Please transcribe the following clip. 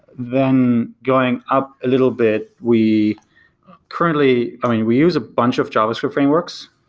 then going up a little bit, we currently i mean, we use a bunch of javascript frameworks.